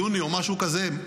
יוני או משהו כזה,